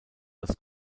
als